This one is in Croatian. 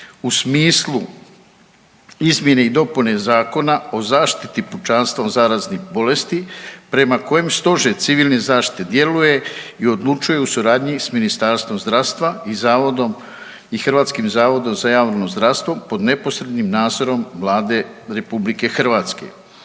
u smislu izmjene i dopune Zakona o zaštiti pučanstva od zaraznih bolesti prema kojem Stožer civilne zaštite djeluje i odlučuje u suradnji s Ministarstvom zdravstva i zavodom i HZJZ-om pod neposrednim nadzorom Vlade RH. Ove